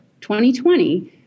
2020